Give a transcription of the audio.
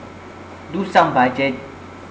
do some budget